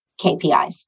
KPIs